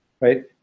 Right